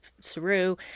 saru